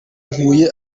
nkuye